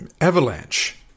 avalanche